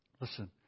Listen